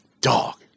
dog